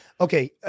Okay